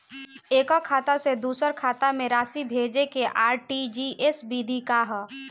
एकह खाता से दूसर खाता में राशि भेजेके आर.टी.जी.एस विधि का ह?